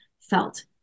felt